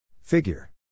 Figure